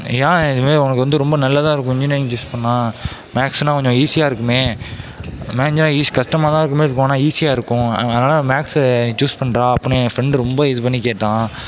ஏன் இதுமாதிரி உனக்கு வந்து ரொம்ப நல்லதாக இருக்கும் இன்ஜினியரிங் சூஸ் பண்ணால் மேக்ஸுலாம் கொஞ்சம் ஈசியாக இருக்குமே மேக்ஸ்லாம் ஈஸியாக கஷ்டமாக இருக்கிற மாதிரித்தான் இருக்கும் ஆனால் ஈசியாக இருக்கும் அதனால தான் நீ மேக்ஸ் சூஸ் பண்ணுடா அப்படின்னு என் ஃபிரண்டு ரொம்ப இது பண்ணி கேட்டான்